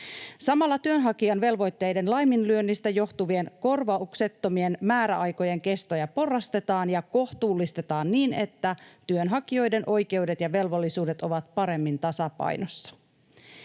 Samalla työnhakijan velvoitteiden laiminlyönnistä johtuvien korvauksettomien määräaikojen kestoja porrastetaan ja kohtuullistetaan niin, että työnhakijoiden oikeudet ja velvollisuudet ovat paremmin tasapainossa.